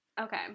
Okay